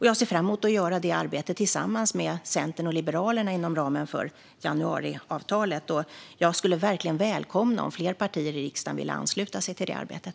Jag ser fram emot att göra det arbetet tillsammans med Centern och Liberalerna inom ramen för januariavtalet. Jag skulle verkligen välkomna om fler partier i riksdagen ville ansluta sig till det arbetet.